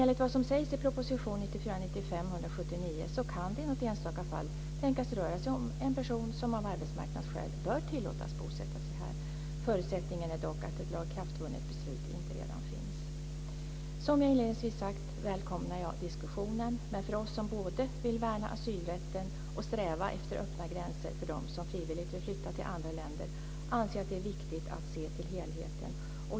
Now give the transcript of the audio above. Enligt vad som sägs i proposition 1994/95:179 kan det i något enstaka fall tänkas röra sig om en person som av arbetsmarknadsskäl bör tillåtas bosätta sig här. Förutsättningen är dock att ett lagakraftvunnet beslut inte redan finns. Som jag inledningsvis sagt välkomnar jag diskussionen. Men för oss som både vill värna asylrätten och vill sträva efter öppna gränser för dem som frivilligt vill flytta till andra länder anser jag att det är viktigt att se till helheten.